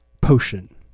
potion